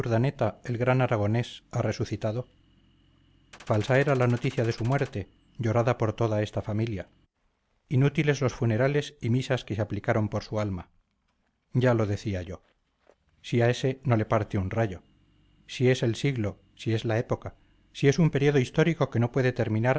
de urdaneta el gran aragonés ha resucitado falsa era la noticia de su muerte llorada por toda esta familia inútiles los funerales y misas que se aplicaron por su alma ya lo decía yo si a ese no le parte un rayo si es el siglo si es la época si es un período histórico que no puede terminar